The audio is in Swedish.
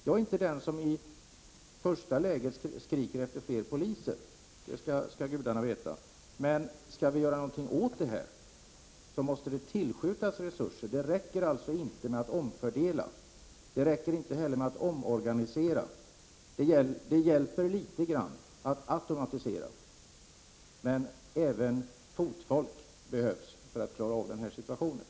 Jag är inte den som i första läget skriker efter fler poliser, det skall gudarna veta, men skall vi göra någonting åt det här, måste det tillskjutas resurser. Det räcker alltså inte med att omfördela. Det räcker inte heller med att omorganisera. Det hjälper litet grand att automatisera, men även fotfolk behövs för att klara av den här situationen.